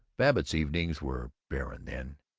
babbitt's evenings were barren then,